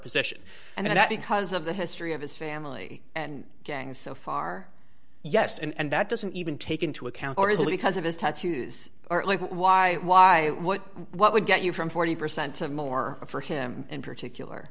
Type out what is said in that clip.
position and that because of the history of his family and gangs so far yes and that doesn't even take into account or is it because of his tattoos are like why why what what would get you from forty percent of more of for him in particular